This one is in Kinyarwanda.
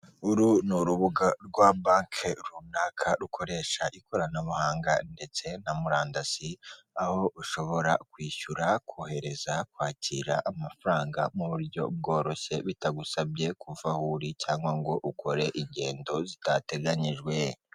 Uru ni urubuga rwa banki runaka rukoresha ikoranabuhanga ndetse na murandasi aho ushobora kwishyura kohereza, kwakira amafaranga mu buryo bworoshye bitagusabye kuva aho uri cyangwa ngo ukore ingendo zitateganyijwe.